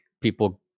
people